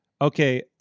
Okay